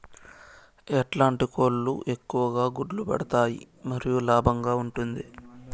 ఎట్లాంటి కోళ్ళు ఎక్కువగా గుడ్లు పెడతాయి మరియు లాభంగా ఉంటుంది?